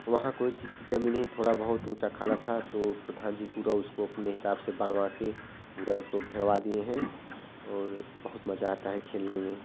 वहाँ कोई चीज़ कि कमी नहीं थोड़ा बहुत ऊँचा खाला था तो प्रधान जी पूरा उसको अपने हिसाब से बनवाकर पूरा उसको घिरवा दिए हैं और बहुत मज़ा आता हैं खेलने में